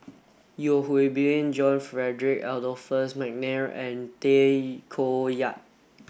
Yeo Hwee Bin John Frederick Adolphus McNair and Tay Koh Yat